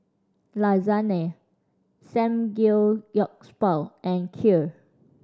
Lasagne Samgeyopsal and Kheer